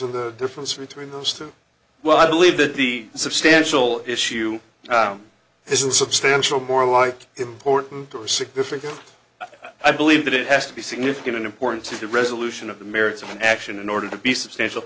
of the difference between those two well i believe that the substantial issue isn't substantial more like important or significant i believe that it has to be significant and important to the resolution of the merits of an action in order to be substantial